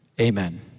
Amen